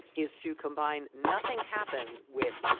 is to combine nothing happened with.